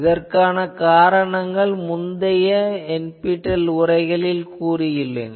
இதற்கான காரணங்கள் முந்தைய NPTEL உரைகளில் கூறியுள்ளேன்